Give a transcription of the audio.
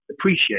appreciate